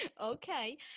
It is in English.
okay